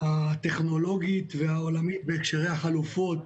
הטכנולוגית והעולמית בהקשרי החלופות,